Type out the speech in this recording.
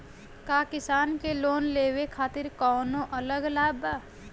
का किसान के लोन लेवे खातिर कौनो अलग लाभ बा?